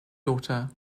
daughter